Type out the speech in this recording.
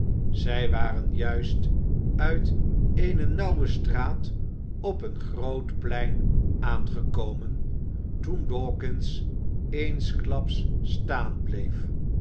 zij waren juist uit eene nauwe straat op een groot plein aangekomen toen dawkins eensklaps staan bleef